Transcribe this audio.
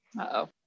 Uh-oh